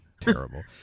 Terrible